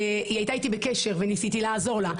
היא הייתה איתי בקשר וניסיתי לעזור לה,